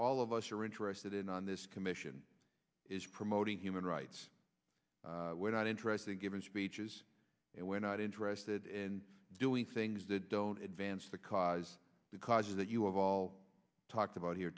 all of us are interested in on this commission is promoting human rights we're not interested in giving speeches and we're not interested in doing things that don't advance the cause because of that you have all talked about here